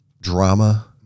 drama